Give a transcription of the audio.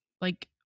like-